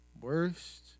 Worst